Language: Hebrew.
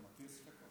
אתה מטיל ספק?